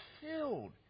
filled